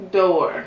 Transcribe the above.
door